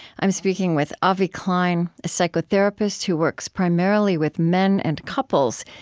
i'm speaking with avi klein, a psychotherapist who works primarily with men and couples,